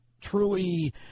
truly